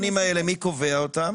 מי קובע את הקריטריונים האלה?